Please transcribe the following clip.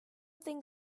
thing